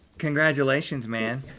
congratulations man,